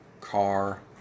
car